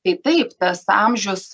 tai taip tas amžius